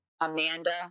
Amanda